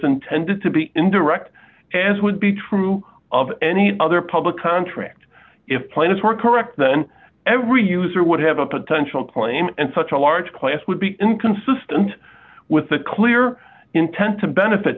intended to be indirect as would be true of any other public contract if plaintiffs were correct then every user would have a potential claim and such a large class would be inconsistent with the clear intent to benefit